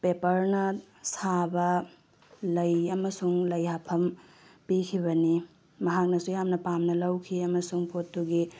ꯄꯦꯄ꯭ꯔꯅ ꯁꯥꯕ ꯂꯩ ꯑꯃꯁꯨꯡ ꯂꯩ ꯍꯥꯞꯐꯝ ꯄꯤꯈꯤꯕꯅꯤ ꯃꯍꯥꯛꯅꯁꯨ ꯌꯥꯝꯅ ꯄꯥꯝꯅ ꯂꯧꯈꯤ ꯑꯃꯁꯨꯡ ꯄꯣꯠꯇꯨꯒꯤ